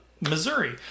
Missouri